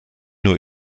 nur